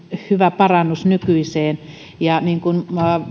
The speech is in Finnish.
hyvä parannus nykyiseen ja niin kuin